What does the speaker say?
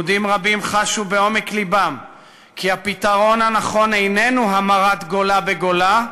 יהודים רבים חשו בעומק לבם כי הפתרון הנכון איננו המרת גולה בגולה,